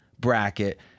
bracket